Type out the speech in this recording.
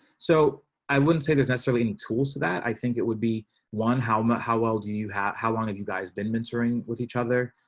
so i wouldn't say there's necessarily and tools to that. i think it would be one. how, um ah how well do you have, how long have you guys been mentoring, with each other.